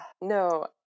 No